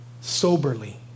soberly